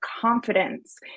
confidence